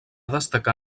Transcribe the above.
destacar